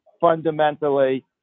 fundamentally